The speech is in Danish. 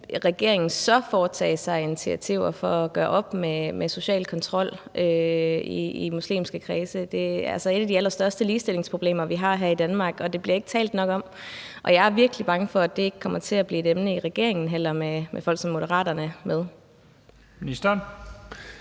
hvad regeringen så vil foretage sig af initiativer for at gøre op med social kontrol i muslimske kredse. Det er altså et af de allerstørste ligestillingsproblemer, vi har her i Danmark, og det bliver der ikke talt nok om, og jeg er virkelig bange for, at det heller ikke kommer til at blive et emne for regeringen, når der er folk som Moderaterne med. Kl.